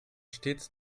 stets